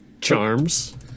Charms